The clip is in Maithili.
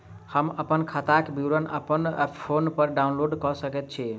हम अप्पन खाताक विवरण अप्पन फोन पर डाउनलोड कऽ सकैत छी?